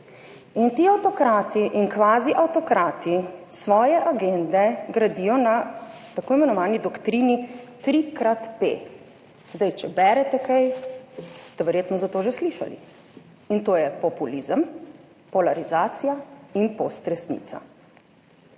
in ti avtokrati in kvazi avtokrati svoje agende gradijo na tako imenovani doktrini 3xP. Zdaj, če berete kaj, ste verjetno za to že slišali in to je populizem, polarizacija in post resnica